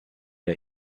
der